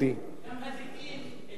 אלו שוחררו בשני שלבים: